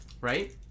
Right